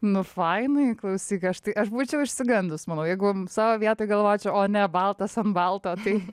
nu fainai klausyk aš tai aš būčiau išsigandus manau jeigu savo vietoj galvočiau o ne baltas ant balto tai